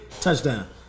touchdown